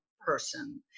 person